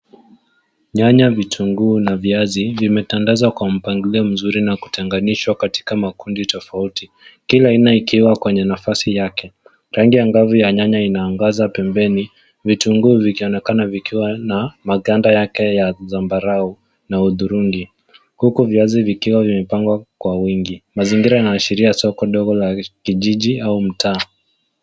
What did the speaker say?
Nyanya vitunguu na viazi vimetandazwa kwa mpangilio mzuri na kutenganishwa katika makundi tofauti kila aina ikiwa kwenye nafasi yake rangi angavu ya nyanya ina angaza pembeni, vitunguu vikionekana vikiwa na maganda yake ya zambarau na udhurungi huku viazi vikiwa vimepangwa kwa wingi. Mazingira inaashiria soko ndogo la kijiji au mtaa.